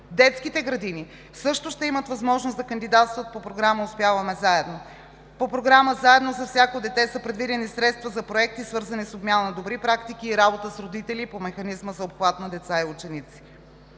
Детските градини също ще имат възможност да кандидатстват по Програма „Успяваме заедно“. По Програма „Заедно“ за всяко дете са предвидени средства за проекти, свързани с обмяна на добри практики, и работа с родители по механизма за обхват на деца и ученици.